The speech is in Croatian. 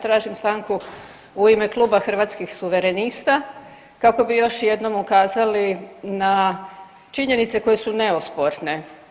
Tražim stanku u ime kluba Hrvatskih suverenista kako bi još jednom ukazali na činjenice koje su neosporne.